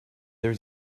there